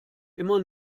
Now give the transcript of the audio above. immer